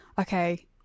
Okay